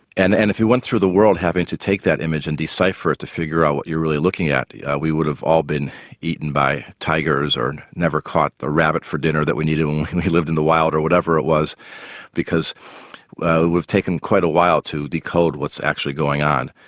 and and if you went through the world having to take that image and decipher it to figure out what you were really looking at yeah we would all have been eaten by tigers, or never caught the rabbit for dinner that we needed when we lived in the wild or whatever it was because we've taken quite a while to decode what's actually going on.